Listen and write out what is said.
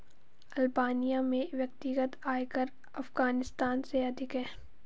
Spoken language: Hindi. अल्बानिया में व्यक्तिगत आयकर अफ़ग़ानिस्तान से अधिक है